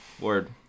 Word